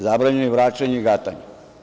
Zabranjeno je i vračanje i gatanje.